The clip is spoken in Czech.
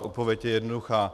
Odpověď je jednoduchá.